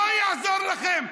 לא יעזור לכם.